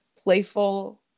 playful